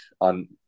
on